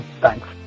Thanks